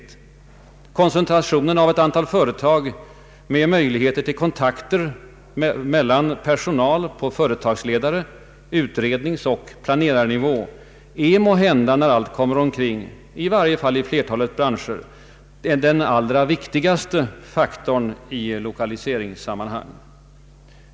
En koncentration av ett antal företag med möjligheter till kontakter mellan personal på företagsledar-, utredningsoch planerarnivå är måhända när allt kommer omkring, i varje fall i flertalet branscher, den allra viktigaste faktorn i lokaliseringssammanhang.